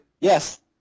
Yes